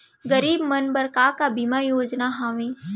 गरीब मन बर का का बीमा योजना हावे?